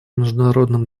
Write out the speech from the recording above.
международным